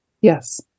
yes